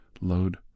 load